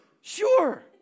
Sure